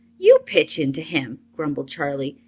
you pitch into him, grumbled charley.